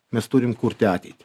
mes turim kurti ateitį